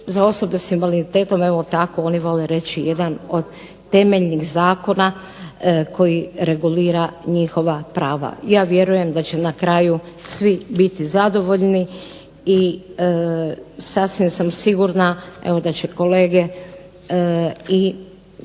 za osobe sa invaliditetom evo tako oni vole reći jedan od temeljnih zakona koji regulira njihova prava. Ja vjerujem da će na kraju svi biti zadovoljni i sasvim sam sigurna evo da će kolege i